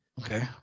Okay